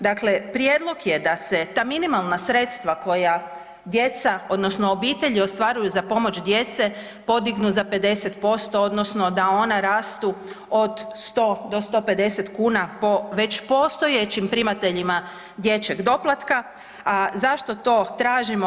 Dakle, prijedlog je da se ta minimalna sredstva koja djeca odnosno obitelji ostvaruju za pomoć djece, podignu za 50% odnosno da ona rastu od 100 do 150 kuna po već postojećim primateljima dječjeg doplatka, a zašto to tražimo?